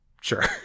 sure